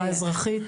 אזרחית.